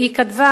היא כתבה,